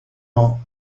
ans